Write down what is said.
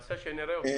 תעשה שנראה אותך.